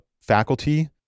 faculty